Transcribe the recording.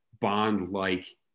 Bond-like